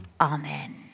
Amen